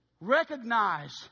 recognize